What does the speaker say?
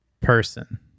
Person